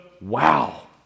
wow